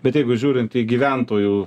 bet jeigu žiūrint į gyventojų